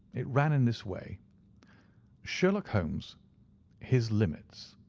it ran in this way sherlock holmes his limits.